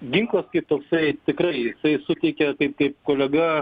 ginklas kaip toksai tikrai jisai suteikia taip kaip kolega